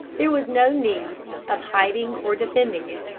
there was no need of hiding or defending it.